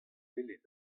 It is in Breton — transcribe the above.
welit